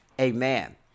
Amen